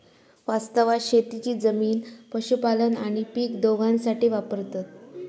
वास्तवात शेतीची जमीन पशुपालन आणि पीक दोघांसाठी वापरतत